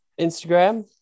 Instagram